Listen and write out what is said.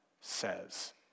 says